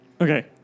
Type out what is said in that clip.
Okay